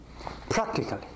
Practically